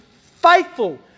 faithful